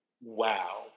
wow